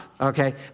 okay